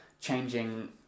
changing